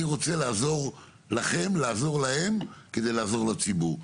אני רוצה לעזור לכם לעזור להם כדי לעזור לציבור,